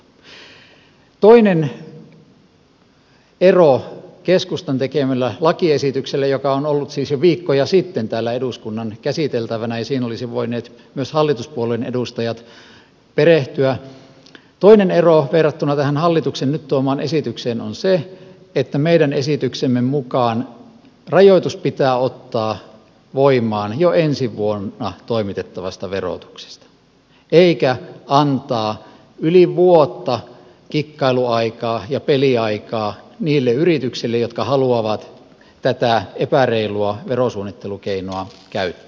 toinen ero keskustan tekemässä lakiesityksessä joka on ollut siis jo viikkoja sitten täällä eduskunnan käsiteltävänä ja johon olisivat voineet myös hallituspuolueiden edustajat perehtyä verrattuna tähän hallituksen nyt tuomaan esitykseen on se että meidän esityksemme mukaan rajoitus pitää ottaa voimaan jo ensi vuonna toimitettavasta verotuksesta eikä antaa yli vuotta kikkailu ja peliaikaa niille yrityksille jotka haluavat tätä epäreilua verosuunnittelukeinoa käyttää